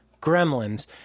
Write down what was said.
Gremlins